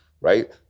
right